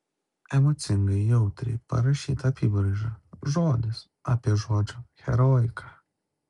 emocingai jautriai parašyta apybraiža žodis apie žodžio heroiką